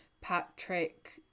Patrick